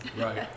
right